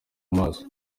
amaso